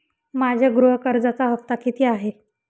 माझ्या गृह कर्जाचा हफ्ता किती आहे?